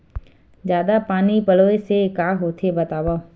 जादा पानी पलोय से का होथे बतावव?